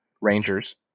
Rangers